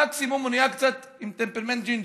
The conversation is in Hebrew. מקסימום הוא נהיה קצת עם טמפרמנט ג'ינג'י,